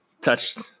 touched